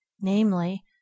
namely